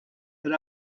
that